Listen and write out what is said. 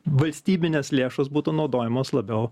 valstybinės lėšos būtų naudojamos labiau